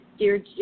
Dear